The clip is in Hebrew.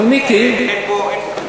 מיקי,